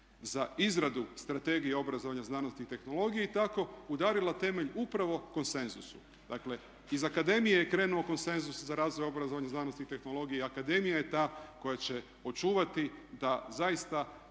za izradu Strategije obrazovanja znanosti i tehnologije i tako udarila temelj upravo konsenzusu. Dakle, iz akademije je krenuo konsenzus za razvoj obrazovanja, znanosti i tehnologije i akademija je ta koja će očuvati da zaista